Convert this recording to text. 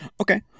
Okay